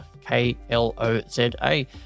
K-L-O-Z-A